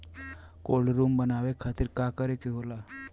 Cold room बनावे खातिर का करे के होला?